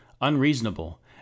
unreasonable